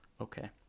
okay